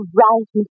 right